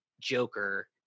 Joker